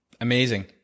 Amazing